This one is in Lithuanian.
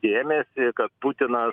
dėmesį kad putinas